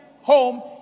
home